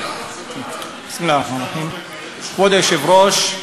כבוד היושב-ראש,